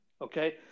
Okay